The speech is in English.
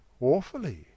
awfully